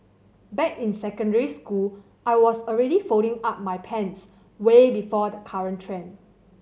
back in secondary school I was already folding up my pants way before the current trend